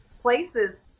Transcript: places